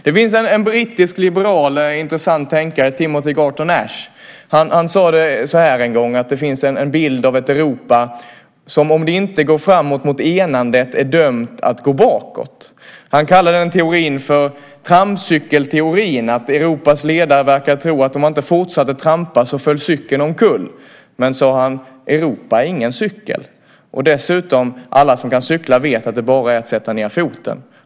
Det finns en brittisk liberal, en intressant tänkare, Timothy Garton Ash. Han sade så här en gång: Det finns en bild av ett Europa som om det inte går framåt mot enandet är dömt att gå bakåt. Han kallade den teorin för trampcykelteorin. Europas ledare verkar tro att om man inte fortsatte trampa föll cykeln omkull. Men, sade han, Europa är ingen cykel. Och dessutom: Alla som kan cykla vet att det bara är att sätta ned foten.